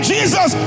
Jesus